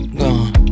gone